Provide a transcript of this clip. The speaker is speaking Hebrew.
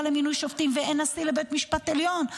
למינוי שופטים ואין נשיא לבית המשפט העליון.